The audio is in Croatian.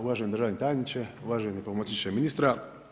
Uvaženi državni tajniče, uvaženi pomoćniče ministra.